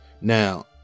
now